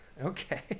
Okay